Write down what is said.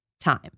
time